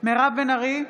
מירב בן ארי,